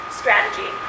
strategy